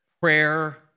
prayer